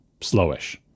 slowish